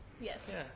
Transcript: Yes